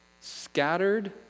Scattered